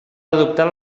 adoptar